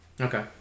Okay